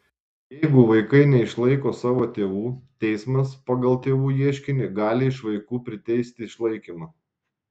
jeigu vaikai neišlaiko savo tėvų teismas pagal tėvų ieškinį gali iš vaikų priteisti išlaikymą